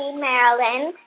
maryland.